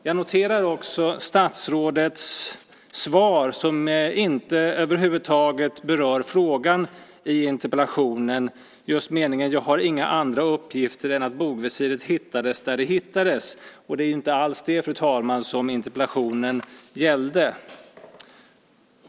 Jag noterar också i statsrådets svar, som över huvud taget inte berör frågan i interpellationen, meningen: "Jag har inga andra uppgifter än att bogvisiret hittades där det hittades." Det var ju inte alls det, fru talman, som interpellationen gällde.